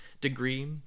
degree